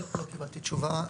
קיבלתי תשובה.